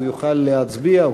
הוא יוכל להצביע,